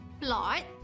plot